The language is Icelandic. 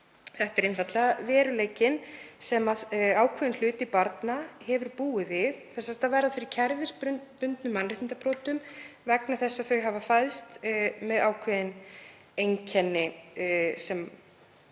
Þetta er einfaldlega veruleikinn sem ákveðinn hluti barna hefur búið við, að verða fyrir kerfisbundnum mannréttindabrotum vegna þess að þau hafa fæðst með ákveðin einkenni sem